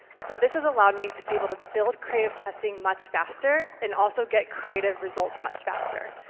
so this has allowed me to be able to build creative testing much faster and also get creative results much faster.